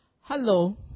Hello